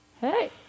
hey